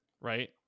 right